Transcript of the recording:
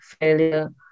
failure